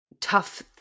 Tough